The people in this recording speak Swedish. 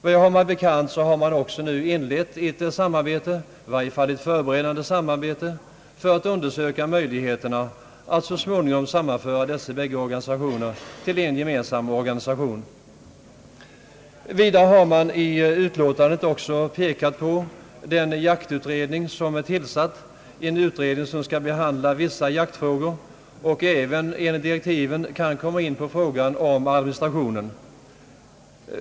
Vad jag har mig bekant har det också inletts ett i varje fall förberedande samarbete för att undersöka möjligheterna att så småning om sammanföra dessa bägge organisationer till en gemensam organisation. Vidare har man i utskottsutlåtandet pekat på den jaktutredning som är tillsatt och som skall behandla vissa jaktfrågor och även, enligt direktiven, kan komma in på frågan om administrationen.